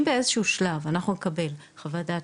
אם באיזה שהוא שלב אנחנו נקבל חוות דעת